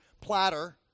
platter